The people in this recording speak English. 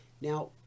Now